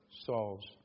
solves